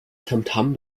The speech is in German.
tamtam